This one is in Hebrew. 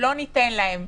לא ניתן להן.